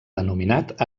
denominat